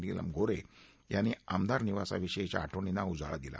Nimal Gorhe यांनी आमदार निवासाविषयीच्या आठवणींना उजाळा दिला